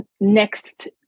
next